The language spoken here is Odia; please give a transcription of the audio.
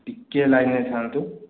ଟିକେ ଲାଇନ୍ରେ ଥାଆନ୍ତୁ